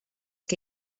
que